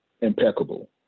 impeccable